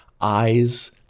eyes